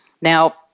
Now